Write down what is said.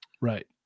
right